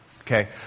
Okay